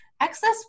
excess